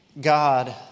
God